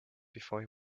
before